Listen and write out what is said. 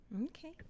Okay